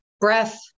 breath